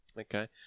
Okay